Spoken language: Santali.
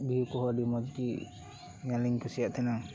ᱵᱷᱤᱭᱩ ᱠᱚᱦᱚᱸ ᱟᱹᱰᱤ ᱢᱚᱡᱽ ᱜᱤ ᱧᱮᱞᱤᱧ ᱠᱩᱥᱤᱭᱟᱜ ᱛᱟᱦᱮᱱᱟ